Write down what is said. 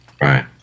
Right